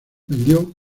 vendió